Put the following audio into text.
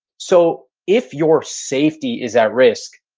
so if your safety is at risk,